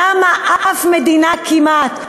למה אף מדינה כמעט,